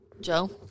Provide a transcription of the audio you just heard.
Joe